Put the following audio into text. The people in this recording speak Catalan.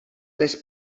les